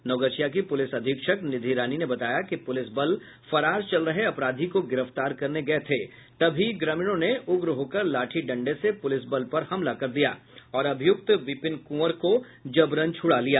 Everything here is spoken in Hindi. नवगछिया की पुलिस अधीक्षक निधि रानी ने बताया कि पुलिस बल फरार चल रहे अपराधी को गिरफ्तार करने गयी थी तभी ग्रामीणों ने उग्र होकर लाठी डंडे से पुलिस बल पर हमला कर दिया और अभियुक्त विपिन कुंवर को जबरन छुड़ा लिया